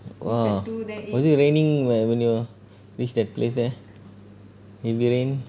oh was it raining when you reach that place there heavy rain